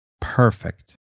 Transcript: perfect